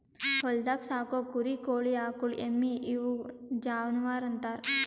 ಹೊಲ್ದಾಗ್ ಸಾಕೋ ಕುರಿ ಕೋಳಿ ಆಕುಳ್ ಎಮ್ಮಿ ಇವುನ್ ಜಾನುವರ್ ಅಂತಾರ್